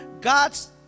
God's